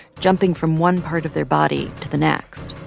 jumping from one part of their body to the next.